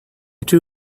too